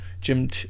Jim